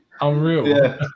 Unreal